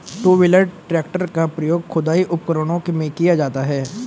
to wheeler tractor का प्रयोग खुदाई उपकरणों में किया जाता हैं